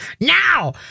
Now